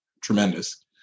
tremendous